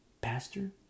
pastor